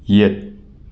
ꯌꯦꯠ